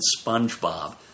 SpongeBob